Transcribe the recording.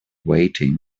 waiting